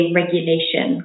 regulation